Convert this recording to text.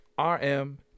RM